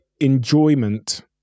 enjoyment